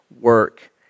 work